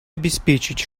обеспечить